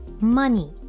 money